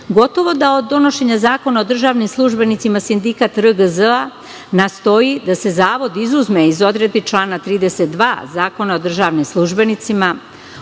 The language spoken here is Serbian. godine. Gotovo da od donošenja Zakona o državnim službenicima sindikat RGZ nastoji da se zavod izuzme iz odredbi člana 32. Zakona o državnim službenicima.